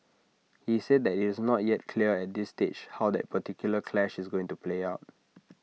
he said that IT is not yet clear at this early stage how that particular clash is going to play out